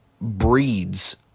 breeds